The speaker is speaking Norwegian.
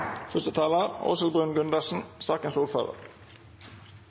første taler